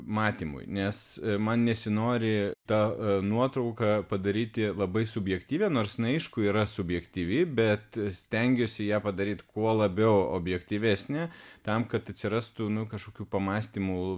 matymui nes man nesinori tą nuotrauką padaryti labai subjektyvia nors nu aišku yra subjektyvi bet stengiuosi ją padaryt kuo labiau objektyvesne tam kad atsirastų nuo kažkokių pamąstymų